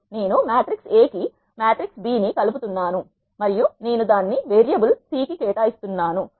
నేను matrix A కి matrix B ని కలుపుతున్నాను మరియు నేను దానిని వేరియబుల్ C కి కేటాయిస్తున్నాం